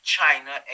China